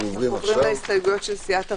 36. תיקון סעיף 17 להצעת החוק,